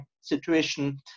situation